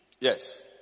Yes